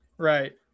Right